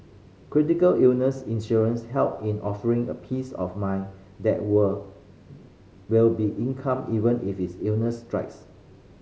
critical illness insurance help in offering a peace of mind that were will be income even if is illnesses strikes